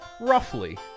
Roughly